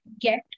get